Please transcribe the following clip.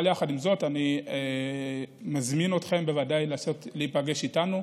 עם זאת, אני מזמין אתכם להיפגש איתנו.